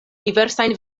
diversajn